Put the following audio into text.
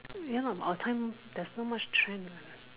ya lor our time there's no much trend uh